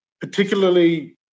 particularly